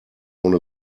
ohne